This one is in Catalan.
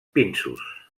pinsos